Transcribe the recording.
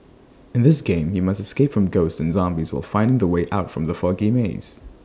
in this game you must escape from ghosts and zombies while finding the way out from the foggy maze